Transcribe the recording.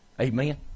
Amen